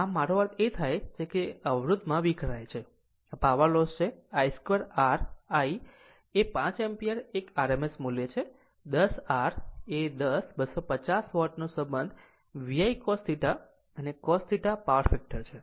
આમ જો મારો અર્થ એ થાય કે તે અવરોધમાં વિખેરાય છે આ પાવર લોસ છે I 2 R I એ 5 એમ્પીયર એક RMS મૂલ્ય છે 10R એ 10 250 વોટનો સંબંધ VI cos θ અને cos θ પાવર ફેક્ટર છે